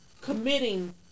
committing